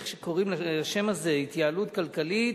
איך שקוראים לזה: התייעלות כלכלית,